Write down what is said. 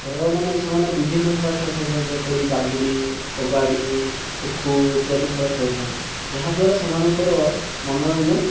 ଖେଳମାନେ ସେମାନେ ବିଭିନ୍ନ ପ୍ରକାର ଖେଳ ଖେଳିଥାନ୍ତି ଯେପରି ବାଗୁଡ଼ି କବାଡ଼ି ଖୋ ଖୋ ଇତ୍ୟାଦି ଖେଳ ଖେଳିଥାନ୍ତି ଯାହାଦ୍ୱାରା ସେମାନଙ୍କର ମନୋରଞ୍ଜନ